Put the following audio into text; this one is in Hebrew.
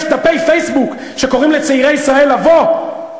דפי פייסבוק שקוראים לצעירי ישראל לבוא,